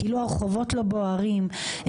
כאילו הרחובות לא בוערים,